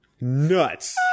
nuts